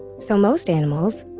so most animals,